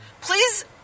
Please